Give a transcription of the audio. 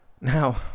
Now